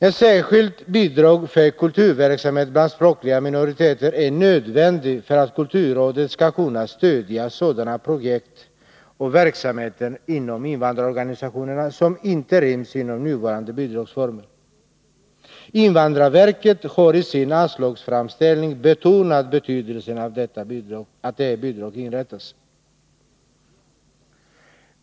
Ett särskilt bidrag för kulturverksamhet bland språkliga minoriteter är nödvändigt för att kulturrådet skall kunna stödja sådana projekt och verksamheter inom invandrarorganisationerna som inte ryms inom nuvarande bidragsformer. Invandrarverket har i sin anslagsframställning betonat betydelsen av att detta bidrag inrättas.